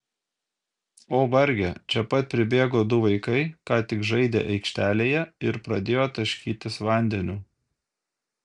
o varge čia pat pribėgo du vaikai ką tik žaidę aikštelėje ir pradėjo taškytis vandeniu